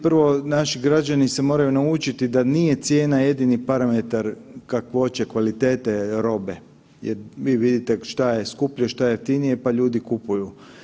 Prvo, naši građani se moraju naučiti da nije cijena jedini parametar kakvoće kvalitete robe jer vi vidite šta je skuplje, šta je jeftinije, pa ljudi kupuju.